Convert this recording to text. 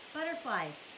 Butterflies